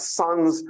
sons